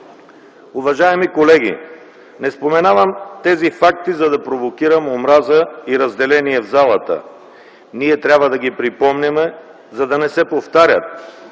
Уважаеми колеги, не споменавам тези факти, за да провокирам омраза и разделение в залата. Ние трябва да ги припомняме, за да не се повтарят.